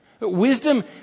Wisdom